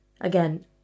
again